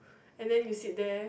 and then you sit there